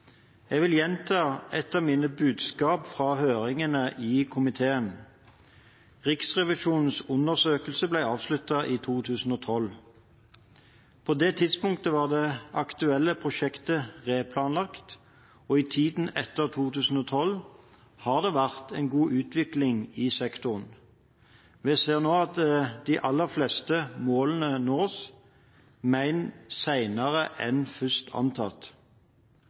Jeg vil gjenta et av mine budskap fra høringen i komiteen. Riksrevisjonens undersøkelse ble avsluttet i 2012. På det tidspunktet var det aktuelle prosjektet re-planlagt, og i tiden etter 2012 har det vært en god utvikling i sektoren. Vi ser nå at de aller fleste målene nås, men senere enn først antatt.